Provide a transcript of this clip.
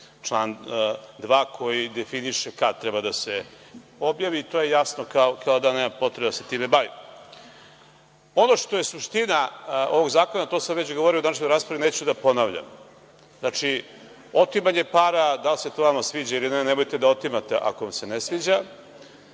član 2. koji definiše kad treba da se objavi. To je jasno kao dan. Nema potrebe da se time bavimo. Ono što je suština ovog zakona, to sam već govorio u današnjoj raspravi, neću da ponavljam, otimanje para, da li se to vama sviđa ili ne, nemojte da otimate ako vam se ne sviđa.